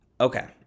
Okay